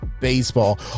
baseball